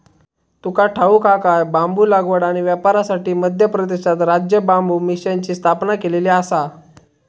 तुका ठाऊक हा काय?, बांबू लागवड आणि व्यापारासाठी मध्य प्रदेशात राज्य बांबू मिशनची स्थापना केलेली आसा